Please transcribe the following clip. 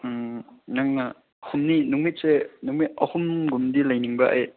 ꯎꯝ ꯅꯪꯅ ꯍꯨꯝꯅꯤ ꯅꯨꯃꯤꯠꯁꯦ ꯅꯨꯃꯤꯠ ꯑꯍꯨꯝꯒꯨꯝꯕꯗꯤ ꯂꯩꯅꯤꯡꯕ ꯑꯩ